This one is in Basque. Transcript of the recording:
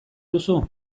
duzu